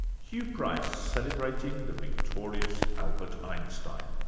huw price, celebrating the victorious albert einstein.